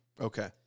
Okay